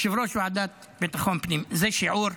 יושב-ראש ועדת ביטחון פנים, זה שיעור?